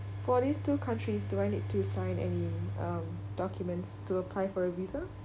for these two countries do I need to sign any um documents to apply for a visa